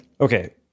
Okay